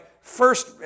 first